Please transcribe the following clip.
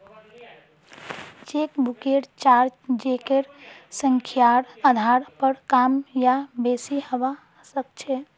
चेकबुकेर चार्ज चेकेर संख्यार आधार पर कम या बेसि हवा सक्छे